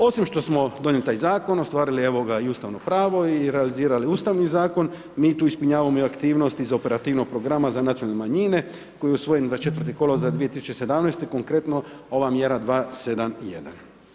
Osim što smo donijeli taj zakon, ostvarili evo ga i ustavno pravo i realizirali ustavni zakon, mi tu ispunjavamo i aktivnosti za operativnog programa za nacionalne manjine koji je usvojen 24. kolovoza 2017., konkretno, ova mjera 271.